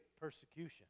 persecution